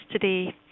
today